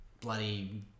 bloody